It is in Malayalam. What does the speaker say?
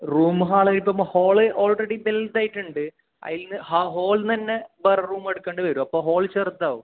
റൂമ് ഹാള് ഇപ്പോൾ ഹോള് ഓൾറെഡി വലുതായിട്ടുണ്ട് അതിൽ നിന്ന് ആ ഹോളുന്നന്നെ വേറെ റൂമ് എടുക്കേണ്ടി വരും അപ്പോൾ ഹോൾ ചെറുതാവും